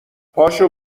پاشو